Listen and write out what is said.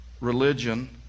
religion